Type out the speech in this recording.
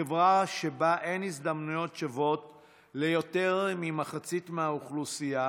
חברה שבה אין הזדמנויות שוות ליותר ממחצית האוכלוסייה